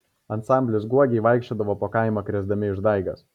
ansamblis guogiai vaikščiodavo po kaimą krėsdami išdaigas